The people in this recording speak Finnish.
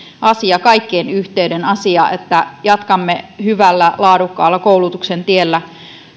asia kaikkien yhteinen asia että jatkamme hyvällä laadukkaalla koulutuksen tiellä